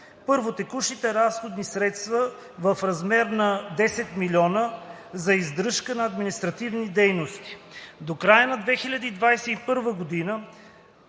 1. В текущите разходи средства в размер на 10 000 хил. лв. за издръжка на административни дейности. До края на 2021 г.